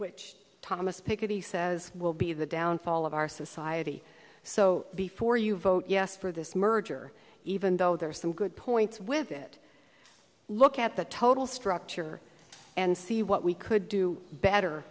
which thomas piketty says will be the downfall of our society so before you vote yes for this merger even though there are some good points with it look at the total structure and see what we could do better